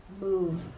move